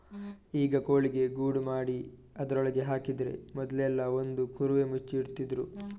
ಈಗ ಕೋಳಿಗೆ ಗೂಡು ಮಾಡಿ ಅದ್ರೊಳಗೆ ಹಾಕಿದ್ರೆ ಮೊದ್ಲೆಲ್ಲಾ ಒಂದು ಕುರುವೆ ಮುಚ್ಚಿ ಇಡ್ತಿದ್ರು